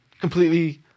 completely